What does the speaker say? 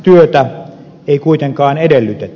työtä ei kuitenkaan edellytetä